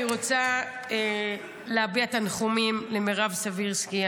אני רוצה להביע תנחומים למירב סבירסקי,